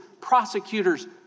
prosecutors